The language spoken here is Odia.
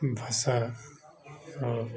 ଭାଷା ଆଉ